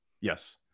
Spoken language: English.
Yes